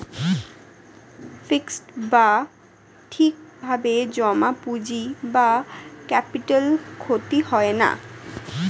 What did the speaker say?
fixed বা ঠিক ভাবে জমা পুঁজি বা ক্যাপিটাল ক্ষতি হয় না